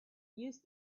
used